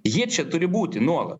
jie čia turi būti nuolat